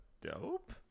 dope